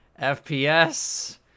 fps